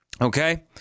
Okay